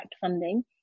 funding